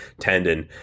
tendon